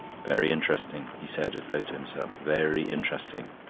very interesting, he said, as though to himself very interesting.